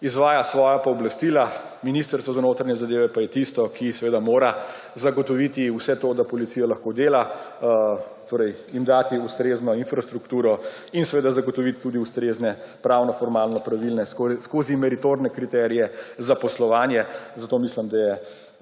izvaja svoja pooblastila, Ministrstvo za notranje zadeve pa je tisto, ki seveda mora zagotoviti vse to, da policija lahko dela, jim dati ustrezno infrastrukturo in seveda zagotoviti tudi ustrezne pravno-formalno pravilne meritorne kriterije zaposlovanja, zato mislim, da je